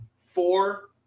Four